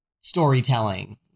storytelling